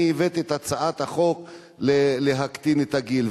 אני הבאתי את הצעת החוק להוריד את הגיל.